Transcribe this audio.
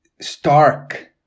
stark